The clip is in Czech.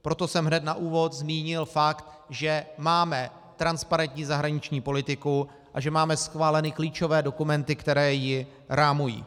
Proto jsem hned na úvod zmínil fakt, že máme transparentní zahraniční politiku a že máme schváleny klíčové dokumenty, které ji rámují.